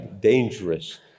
dangerous